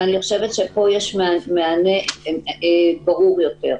ואני חושבת שפה יש מענה ברור יותר.